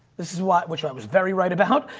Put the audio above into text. this is why, which i was very right about,